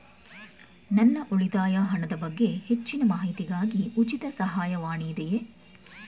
ನನ್ನ ಉಳಿತಾಯ ಹಣದ ಬಗ್ಗೆ ಹೆಚ್ಚಿನ ಮಾಹಿತಿಗಾಗಿ ಉಚಿತ ಸಹಾಯವಾಣಿ ಇದೆಯೇ?